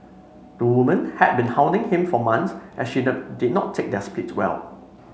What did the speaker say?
the woman had been hounding him for months as she does did not take their split well